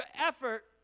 effort